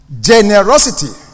Generosity